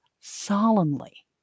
solemnly